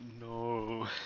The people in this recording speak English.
No